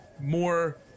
more